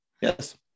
Yes